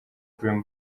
dream